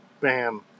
bam